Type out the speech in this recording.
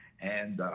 and